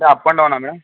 up and డౌనా madam